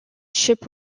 ship